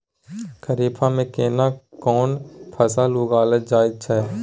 खरीफ में केना कोन फसल उगायल जायत छै?